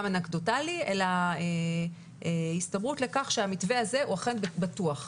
אנקדוטלי אלא הסתברות לכך שהמתווה הזה הוא אכן בטוח.